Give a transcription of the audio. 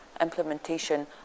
implementation